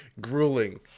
grueling